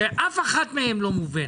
שאף אחד מהם לא מובנת.